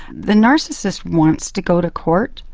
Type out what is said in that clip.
the narcissist wants to go to court.